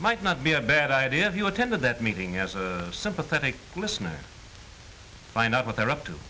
might not be a bad idea if you attended that meeting as a sympathetic listener find out what they're up to